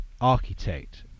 architect